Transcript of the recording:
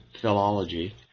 philology